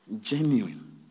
Genuine